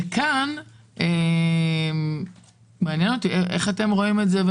כאן מעניין אותי איך אתם רואים את זה,